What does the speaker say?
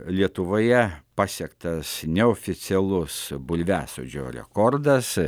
lietuvoje pasiektas neoficialus bulviasodžio rekordas